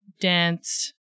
dance